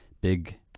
big